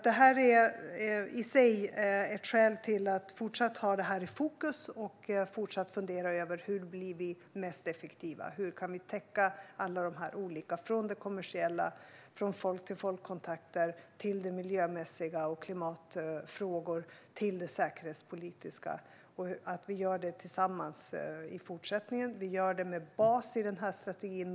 Detta är i sig ett skäl att fortsätta ha det här i fokus och att fortsätta fundera över hur vi blir så effektiva som möjligt och hur vi kan täcka alla dessa olika typer av kontakter - från det kommersiella och folk-till-folk-kontakter, det miljömässiga och klimatfrågor till det säkerhetspolitiska - och se till att vi gör det tillsammans. Vi gör det med bas i den här strategin.